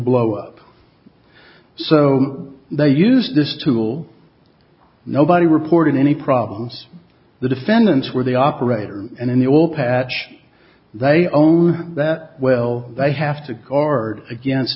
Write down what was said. blow up so they use this tool nobody reported any problems the defendants were the operator in the oil patch they own that well they have to guard against